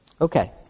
Okay